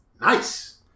Nice